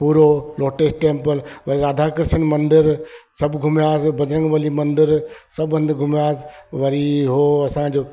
पूरो lotus temple वरी राधा कृष्ण मंदिर सभु घुमियासीं बजरंग बली मंदिर सभु हंधि घुमिया वरी हो असांजो